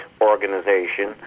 organization